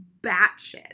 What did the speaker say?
batshit